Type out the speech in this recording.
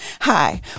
Hi